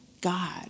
God